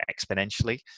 exponentially